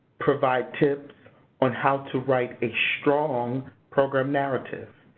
provide tips on how to write a strong program narrative,